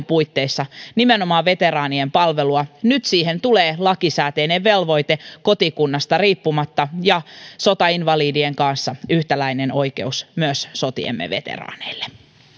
puitteissa nimenomaan veteraanien palvelua nyt siihen tulee lakisääteinen velvoite kotikunnasta riippumatta ja sotainvalidien kanssa yhtäläinen oikeus myös sotiemme veteraaneille